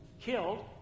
killed